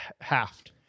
halved